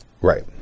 Right